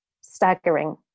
staggering